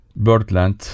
Birdland